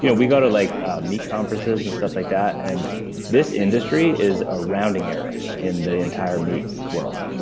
you know we go to like meat conferences and stuff like that, and this industry is a rounding error in the entire meat world.